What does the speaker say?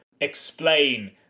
explain